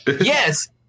yes